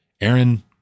Aaron